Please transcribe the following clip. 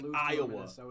iowa